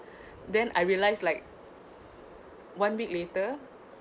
then I realised like one week later